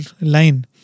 line